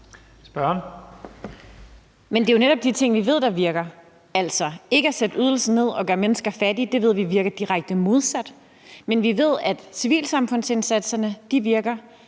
(EL): Det er jo netop de ting, vi ved virker, altså ikke at sætte ydelsen ned og gøre mennesker fattige, for det ved vi virker direkte modsat. Men vi ved, at civilsamfundsindsatserne virker,